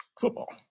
football